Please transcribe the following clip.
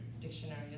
dictionary